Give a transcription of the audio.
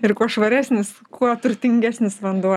ir kuo švaresnis kuo turtingesnis vanduo